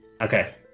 Okay